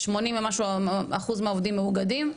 80% מהעובדים שם מאוגדים.